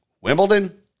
Wimbledon